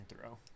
throw